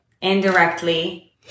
Indirectly